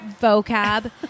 vocab